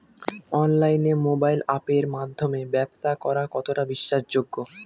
অনলাইনে মোবাইল আপের মাধ্যমে ব্যাবসা করা কতটা বিশ্বাসযোগ্য?